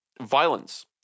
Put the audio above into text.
violence